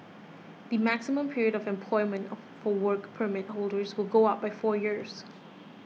the maximum period of employment of for Work Permit holders will go up by four years